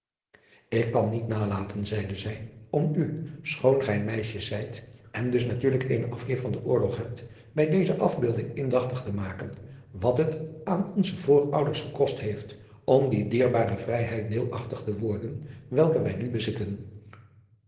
ik kan niet nalaten zeide zij om u schoon gij meisjes zijt en dus natuurlijk eenen afkeer van den oorlog hebt bij deze afbeelding indachtig te maken wat het aan onze voorouders gekost heeft om die dierbare vrijheid deelachtig te worden welke wij nu bezitten